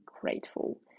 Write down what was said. grateful